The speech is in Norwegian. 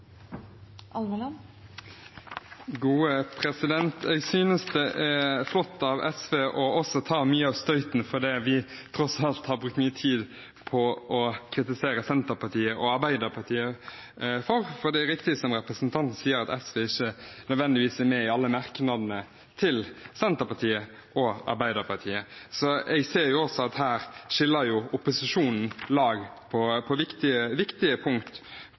flott av SV å ta mye av støyten for det vi tross alt har brukt mye tid på å kritisere Senterpartiet og Arbeiderpartiet for, for det er riktig som representanten sier, at SV ikke nødvendigvis er med i alle merknadene til Senterpartiet og Arbeiderpartiet. Så jeg ser at her skiller opposisjonen lag på viktige punkt, også i grunnsynet på